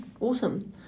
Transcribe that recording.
Awesome